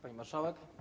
Pani Marszałek!